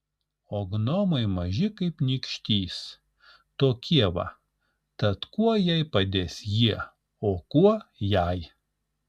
o gnomai maži kaip nykštys tokie va tad kuo jai padės jie o kuo jai